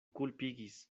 kulpigis